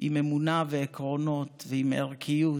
עם אמונה ועקרונות ועם ערכיות,